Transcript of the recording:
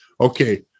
okay